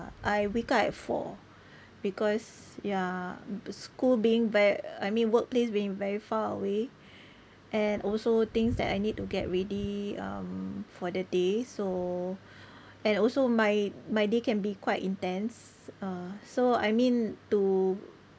I wake up at four because yeah the school being very I mean workplace being very far away and also things that I need to get ready um for the day so and also my my day can be quite intense uh so I mean to